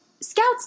scouts